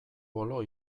bolo